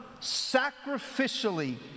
sacrificially